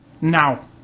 now